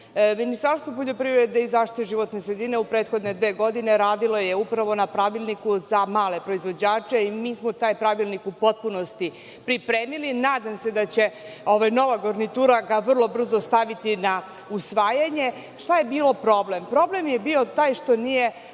Ministarstvo poljoprivrede i zaštite životne sredine je u prethodne dve godine radilo upravo na pravilniku za male proizvođače i mi smo taj pravilnik u potpunosti pripremili. Nadam se da će ga nova garnitura vrlo brzo staviti na usvajanje. Šta je bio problem? Problem je bio taj što nije